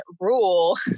rule